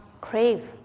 crave